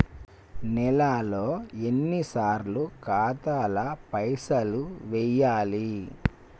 నెలలో ఎన్నిసార్లు ఖాతాల పైసలు వెయ్యాలి?